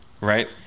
right